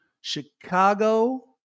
Chicago